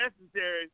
necessary